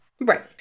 Right